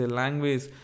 language